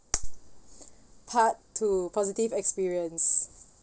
part two positive experience